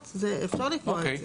זאת אומרת,